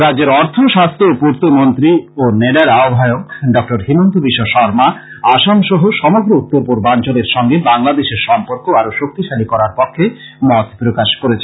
রাজ্যের অর্থ স্বাস্থ্য ও পূর্ত মন্ত্রী ও নেডার আহ্বায়ক ডঃ হিমন্ত বিশ্বশর্মা আসাম সহ সমগ্র উত্তর পূর্বাঞ্চলের সঙ্গে বাংলাদেশের সম্পর্ক আরো শক্তিশালী করার পক্ষে মত প্রকাশ করেছেন